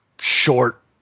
short